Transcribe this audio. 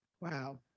Wow